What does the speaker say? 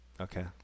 Okay